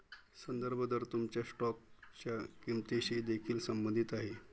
संदर्भ दर तुमच्या स्टॉकच्या किंमतीशी देखील संबंधित आहे